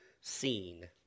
scene